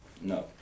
No